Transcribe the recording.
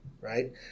right